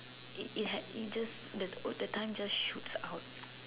it it had it just the time just shoot out